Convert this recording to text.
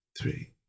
three